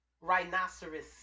Rhinoceros